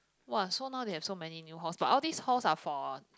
!wah! so now there have so many new halls but these halls are for